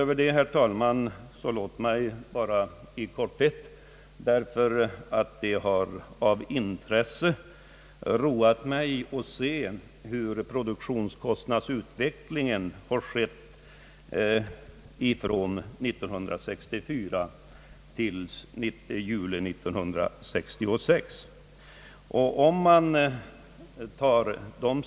Jag har roat mig med att se hur produktionskostnaderna har = utvecklats från år 1964 till juli månad år 1966.